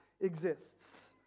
exists